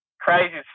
crazy